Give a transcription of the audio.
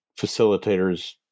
facilitators